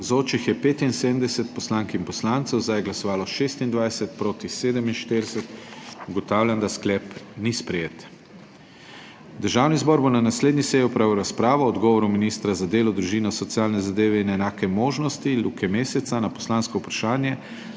za je glasovalo 26, proti 47. (Za je glasovalo 26.) (Proti 47.) Ugotavljam, da sklep ni sprejet. Državni zbor bo na naslednji seji opravil razpravo o odgovoru ministra za delo, družino, socialne zadeve in enake možnosti Luke Mesca na poslansko vprašanje